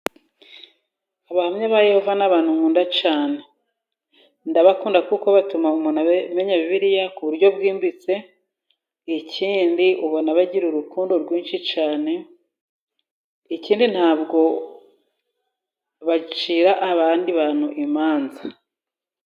Abahamya ba yehova n'abantu nkunda cyane, ndabakunda kuko batuma umuntu amenya bibiliya ku buryo bwimbitse, ikindi ubona bagira urukundo rwinshi cyane, ikindi ntabwo bacira abandi bantu imanza.